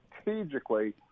strategically